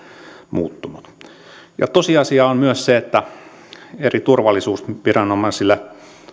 muuttunut tosiasia on myös se että eri turvallisuusviranomaisille